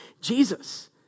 Jesus